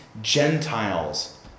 Gentiles